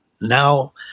now